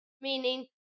meaning